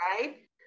right